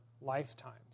lifetimes